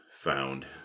found